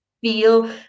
feel